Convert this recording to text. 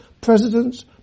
presidents